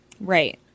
Right